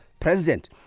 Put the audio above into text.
President